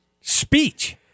speech